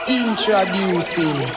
introducing